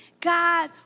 God